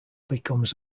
becomes